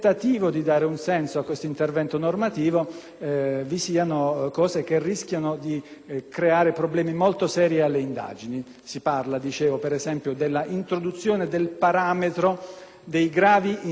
vi siano cose che rischiano di creare problemi molto seri alle indagini. Si parla - dicevo - per esempio dell'introduzione del parametro dei gravi indizi di colpevolezza come requisito